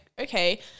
Okay